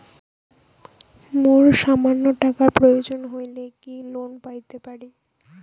মোর সামান্য টাকার প্রয়োজন হইলে কি লোন পাইতে পারি?